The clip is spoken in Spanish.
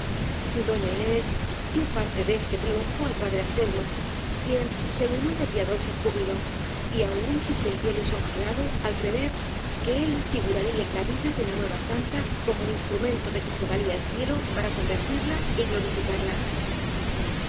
doña inés dió parte de este triunfo al padre anselmo quien se llenó de piadoso júbilo y aun se sintió lisonjeado al prever que él figuraría en la vida de la nueva santa como el instrumento de que se valía el cielo para con vertirla y glorificarla